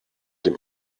dem